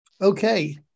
Okay